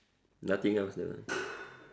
nothing else lah